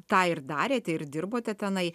tą ir darėte ir dirbote tenai